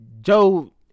Joe